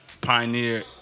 Pioneer